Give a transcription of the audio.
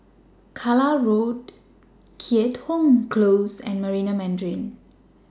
Carlisle Road Keat Hong Close and Marina Mandarin